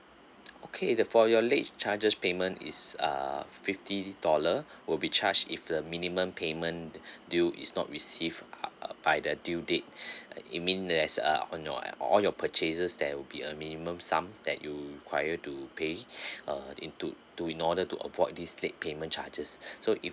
okay the for your late charges payment is uh fifty dollar will be charged if the minimum payment due is not received up uh by the due date it mean there's uh on your err on your purchases there will be a minimum sum that you required to pay err into to in order to avoid this late payment charges so if